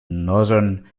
northern